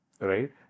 right